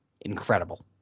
incredible